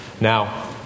Now